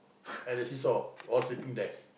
at the see-saw all sleeping there